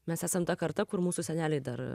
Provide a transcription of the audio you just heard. mes esam ta karta kur mūsų seneliai dar